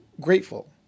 grateful